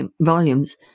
volumes